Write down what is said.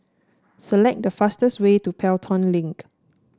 select the fastest way to Pelton Link